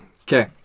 Okay